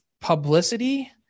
publicity